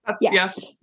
Yes